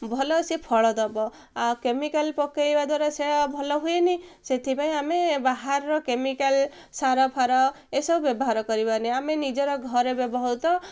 ଭଲ ସେ ଫଳ ଦବ ଆଉ କେମିକାଲ୍ ପକାଇବା ଦ୍ୱାରା ସେ ଭଲ ହୁଏନି ସେଥିପାଇଁ ଆମେ ବାହାରର କେମିକାଲ୍ ସାର ଫାର ଏସବୁ ବ୍ୟବହାର କରିବାନି ଆମେ ନିଜର ଘରେ ବ୍ୟବହହୃତ